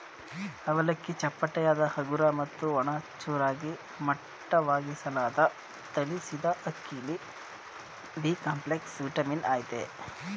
ಅವಲಕ್ಕಿ ಚಪ್ಪಟೆಯಾದ ಹಗುರ ಮತ್ತು ಒಣ ಚೂರಾಗಿ ಮಟ್ಟವಾಗಿಸಲಾದ ತಳಿಸಿದಅಕ್ಕಿಲಿ ಬಿಕಾಂಪ್ಲೆಕ್ಸ್ ವಿಟಮಿನ್ ಅಯ್ತೆ